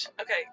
Okay